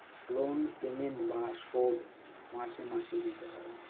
loan payment বা শোধ মাসে মাসে দিতে হয়